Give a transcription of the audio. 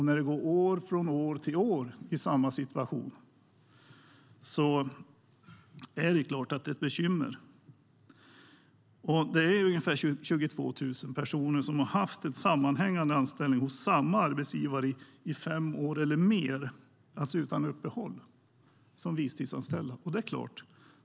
När det går år efter år i samma situation är det klart att det är ett bekymmer. Ungefär 22 000 personer har haft en sammanhängande visstidsanställning, alltså utan uppehåll, hos samma arbetsgivare i fem år eller mer.